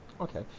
Okay